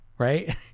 right